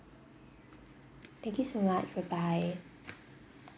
thank you so much bye bye